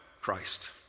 Christ